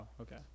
okay